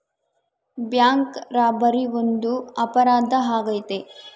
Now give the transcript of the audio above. bank robbery ಒಂದು ಅಪರಾಧ ಆಗೈತೆ